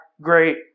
great